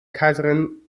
kaiserin